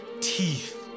teeth